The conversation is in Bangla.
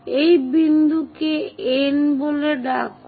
এই বিন্দুকে N বলে ডাকুন